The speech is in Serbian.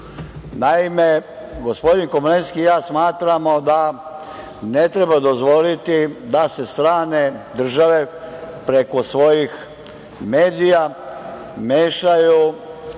Srbiji. Naime, gospodin Komlenski i ja smatramo da ne treba dozvoliti da se strane države preko svojih medija mešaju